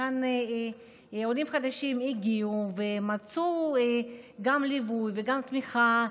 עולים חדשים הגיעו ומצאו גם ליווי וגם תמיכה,